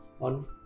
On